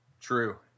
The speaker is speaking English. True